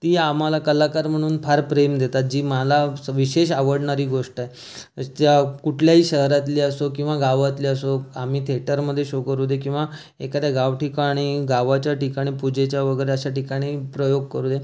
ती आम्हाला कलाकार म्हणून फार प्रेम देतात जी मला विशेष आवडणारी गोष्ट आहे त्या कुठल्याही शहरातले असो किवा गावातले असो आम्ही थेटरमध्ये शो करू दे किंवा एकाद्या गावठिकाणी गावाच्या ठिकाणी पूजेच्या वगैरे अशा ठिकाणी प्रयोग करू दे